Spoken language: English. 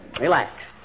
Relax